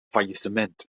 faillissement